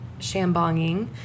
shambonging